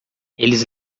eles